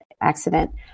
Accident